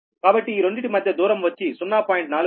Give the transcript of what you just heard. కాబట్టి ఈ రెండిటి మధ్య దూరం వచ్చి 0